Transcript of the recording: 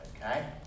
Okay